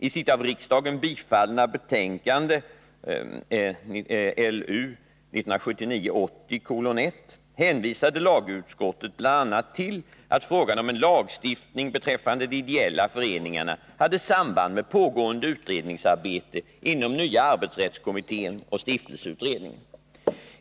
I sitt av riksdagen bifallna betänkande LU 1979/80:1 hänvisade lagutskottet bl.a. till att frågan om en lagstiftning beträffande de ideella föreningarna hade samband med pågående utredningsarbete inom nya arbetsrättskommittén och stiftelseutredningen.